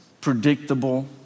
predictable